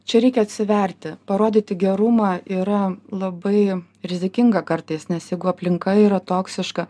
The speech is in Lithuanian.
čia reikia atsiverti parodyti gerumą yra labai rizikinga kartais nes aplinka yra toksiška